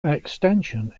extension